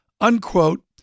unquote